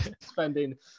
spending